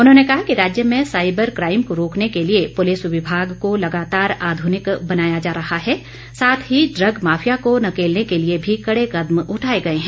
उन्होंने कहा कि राज्य में साईबर क्राईम को रोकने के लिए पुलिस विभाग को लगातार आधुनिक बनाया जा रहा है साथ ही ड्रग माफिया को नकेलने के लिए भी कड़े कदम उठाए गए हैं